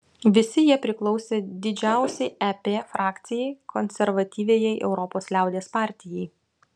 visi jie priklauso didžiausiai ep frakcijai konservatyviajai europos liaudies partijai